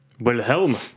Wilhelm